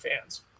fans